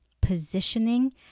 positioning